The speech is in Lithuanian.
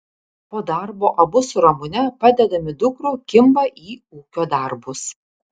po darbo abu su ramune padedami dukrų kimba į ūkio darbus